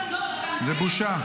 זה בושה.